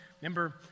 remember